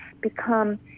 become